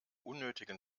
unnötigen